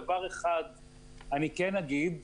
דבר אחד אני כן אגיד.